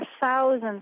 thousands